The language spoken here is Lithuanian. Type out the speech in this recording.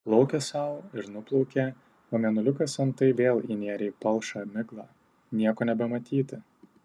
plaukė sau ir nuplaukė o mėnuliukas antai vėl įnėrė į palšą miglą nieko nebematyti